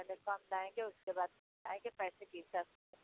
पहले कम लाएंगे उसके बाद पैसे की